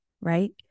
right